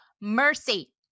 mercy